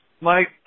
Mike